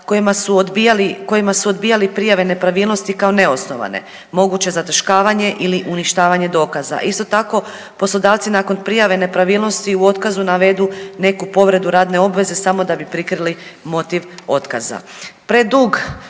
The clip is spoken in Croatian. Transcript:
kojima su odbijali prijave nepravilnosti kao neosnovane, moguće zataškavanje ili uništavanje dokaza. Isto tako, poslodavci nakon prijave nepravilnosti u otkazu navedu neku povredu radne obveze samo da bi prikrili motiv otkaza.